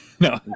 No